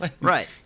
Right